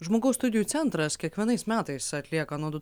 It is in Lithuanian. žmogaus studijų centras kiekvienais metais atlieka nuo du